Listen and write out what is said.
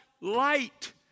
light